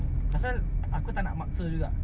singlish hokkien pun bagi bro